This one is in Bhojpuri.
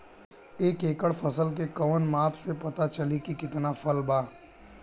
एक एकड़ फसल के कवन माप से पता चली की कितना फल बा?